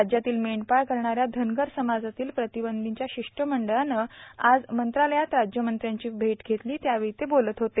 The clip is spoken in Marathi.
राज्यातील मेंढपाळ करणाऱ्या धनगर समाजातील प्रतिनिधींच्या शिष्टमंडळाने आज मंत्रालयात राज्यमंत्र्यांची भेट घेतली त्यावेळी ते बोलत होते